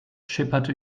schipperte